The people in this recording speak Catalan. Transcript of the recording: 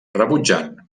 rebutjant